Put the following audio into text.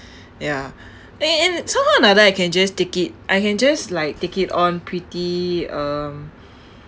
ya and and somehow or another I can just take it I can just like take it on pretty um